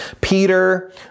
Peter